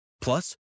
Plus